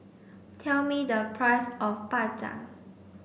tell me the price of Bak Chang